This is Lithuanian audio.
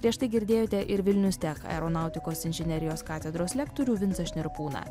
prieš tai girdėjote ir vilnius tech aeronautikos inžinerijos katedros lektorių vincą šnirpūną